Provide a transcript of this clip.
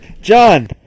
John